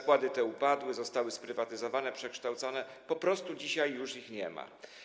Zakłady te upadły, zostały sprywatyzowane, przekształcone, po prostu dzisiaj już ich nie ma.